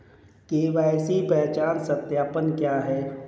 KYC पहचान सत्यापन क्या है?